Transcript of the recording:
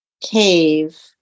cave